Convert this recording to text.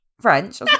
French